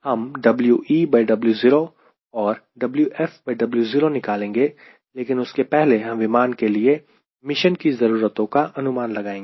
हम WeWo और WfWo निकालेंगे लेकिन उसके पहले हम विमान के लिए मिशन की ज़रूरतों का अनुमान लगाएंगे